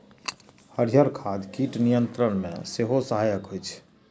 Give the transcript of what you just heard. हरियर खाद कीट नियंत्रण मे सेहो सहायक होइ छै